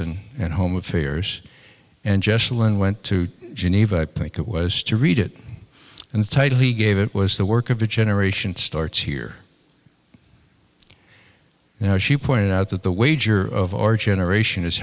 and and home affairs and jesselyn went to geneva i think it was to read it and the title he gave it was the work of a generation starts here now she pointed out that the wager of our generation is